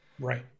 right